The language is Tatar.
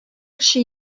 кеше